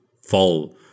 fall